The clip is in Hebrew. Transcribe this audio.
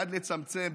בעד לצמצם,